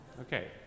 Okay